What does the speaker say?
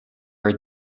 are